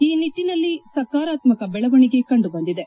ಈ ನಿಟ್ಟನಲ್ಲಿ ಸಕಾರಾತ್ಮಕ ಬೆಳವಣಿಗೆ ಕಂಡು ಬಂದಿದೆ